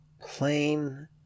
plain